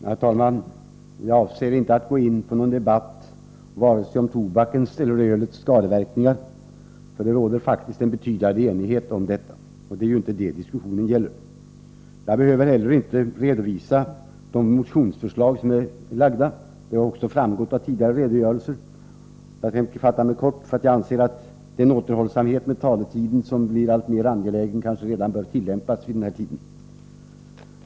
Herr talman! Jag avser inte att gå in på någon debatt om vare sig tobakens eller ölets skadeverkningar, för det råder faktiskt en betydande enighet om detta, och det är inte det diskussionen gäller. Jag behöver inte heller redogöra för de motionsförslag som väckts — de har framgått av tidigare redogörelser. Jag tänker fatta mig kort, för jag anser att den återhållsamhet med taletiden som blir alltmer angelägen kanske bör tillämpas redan vid den här tidpunkten.